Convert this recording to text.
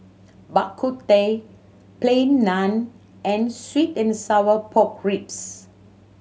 Bak Kut Teh Plain Naan and sweet and sour pork ribs